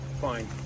Fine